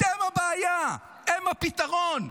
אתם הבעיה, הם הפתרון.